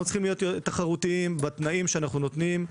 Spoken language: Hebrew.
אנחנו צריכים להיות תחרותיים בתנאים שאנחנו נותנים,